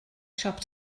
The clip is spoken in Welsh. siop